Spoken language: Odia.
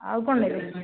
ଆଉ କଣ ନେବେ